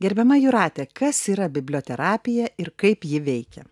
gerbiama jūrate kas yra biblioterapija ir kaip ji veikia